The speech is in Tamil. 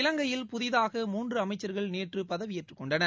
இலங்கையில் புதிதாக மூன்று அமைச்சர்கள் நேற்று பதவியேற்று கொண்டனர்